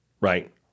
Right